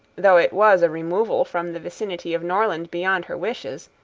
though it was a removal from the vicinity of norland beyond her wishes,